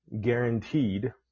guaranteed